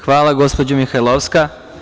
Hvala, gospođo Mihajlovska.